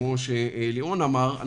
כמו שלירון אמר,